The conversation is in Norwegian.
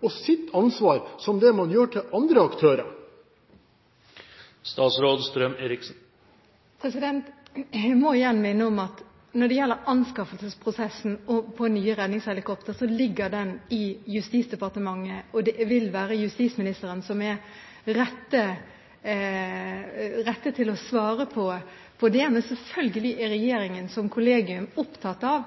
og sitt ansvar som man gjør til andre aktører? Jeg må igjen minne om at når det gjelder anskaffelsesprosessen for nye redningshelikoptre, ligger den i Justisdepartementet, og det er justisministeren som er den rette til å svare på det. Men selvfølgelig er regjeringen som kollegium opptatt av